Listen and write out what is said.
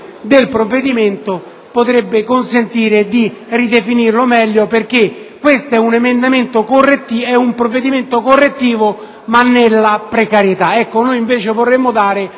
del provvedimento potrebbe consentire di ridefinirlo meglio, perché questo è un provvedimento correttivo, ma nella precarietà; noi, invece, vorremmo dare